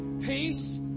peace